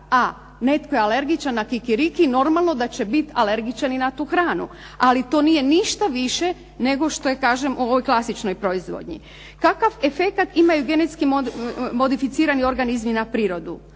a netko je alergičan na kikiriki normalno da će bit alergičan i na tu hranu, ali to nije ništa više nego što je, kažem, u ovoj klasičnoj proizvodnji. Kakav efekt imaju genetski modificirani organizmi na prirodu